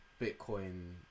bitcoin